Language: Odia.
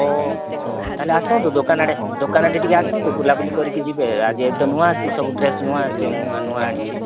ତାହେଲେ ଆସନ୍ତୁ ଦୋକାନ ଆଡ଼େ ଦୋକାନ ଆଡ଼େ ଟିକେ ଆସନ୍ତୁ ବୁଲାବୁଲି କରିକି ଯିବେ ଆଜି ତ ନୂଆଁ ଆସିଛି ସବୁ ଡ୍ରେସ ନୂଆଁ ଆସିଛି ନୂଆଁ ନୂଆଁ ଆଣିଛି